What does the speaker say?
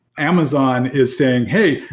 amazon is saying, hey,